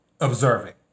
observing